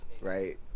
right